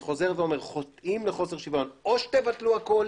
או תבטלו הכול